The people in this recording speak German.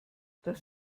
das